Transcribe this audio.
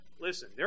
Listen